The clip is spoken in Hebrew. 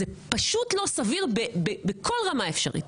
זה פשוט לא סביר בכל רמה אפשרית.